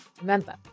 Remember